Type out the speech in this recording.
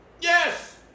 Yes